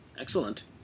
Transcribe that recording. Excellent